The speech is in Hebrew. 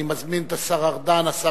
אני מזמין את השר המקשר,